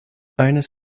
eines